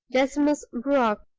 decimus brock.